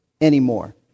anymore